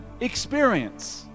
experience